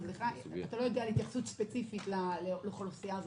אתה לא יודע על התייחסות ספציפית לאוכלוסייה הזאת?